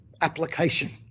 application